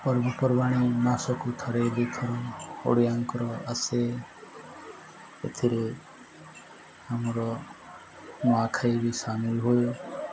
ପର୍ବପର୍ବାଣି ମାସକୁ ଥରେ ଦୁଇଥର ଓଡ଼ିଆଙ୍କର ଆସେ ଏଥିରେ ଆମର ନୂଆଖାଇ ବି ସାମିଲ ହୁଏ